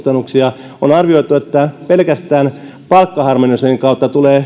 liittyviä kustannuksia on arvioitu että pelkästään palkkaharmonisoinnin kautta tulee